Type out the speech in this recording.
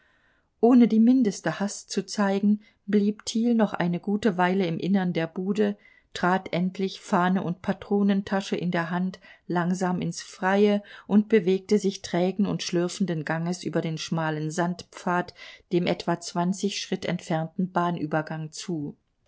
ohne die mindeste hast zu zeigen blieb thiel noch eine gute weile im innern der bude trat endlich fahne und patronentasche in der hand langsam ins freie und bewegte sich trägen und schlürfenden ganges über den schmalen sandpfad dem etwa zwanzig schritt entfernten bahnübergang zu